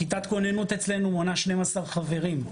כיתת כוננות אצלנו מונה 12 חברים.